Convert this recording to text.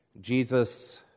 Jesus